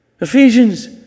Ephesians